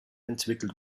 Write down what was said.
entwickelt